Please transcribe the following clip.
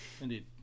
Indeed